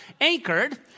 anchored